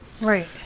Right